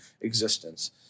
existence